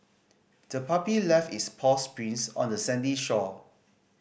the puppy left its paws prints on the sandy shore